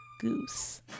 Goose